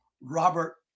Robert